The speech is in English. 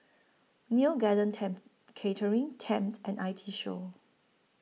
Neo Garden temp Catering Tempt and I T Show